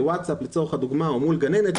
בווצאפ לצורך הדוגמה או מול גננת,